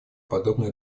подобное